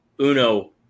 Uno